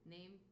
Name